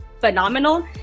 phenomenal